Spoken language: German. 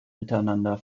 miteinander